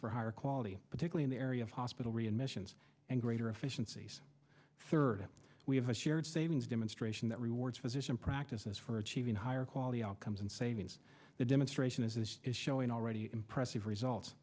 for higher quality particularly the area of hospital readmissions and greater efficiencies third we have a shared savings demonstration that rewards physician practices for achieving higher quality outcomes and savings the demonstration is showing already impressive result